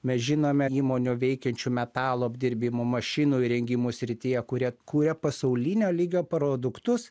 mes žinome įmonių veikiančių metalo apdirbimo mašinų įrengimų srityje kurie kuria pasaulinio lygio produktus